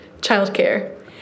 Childcare